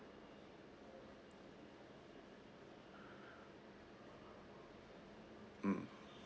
mm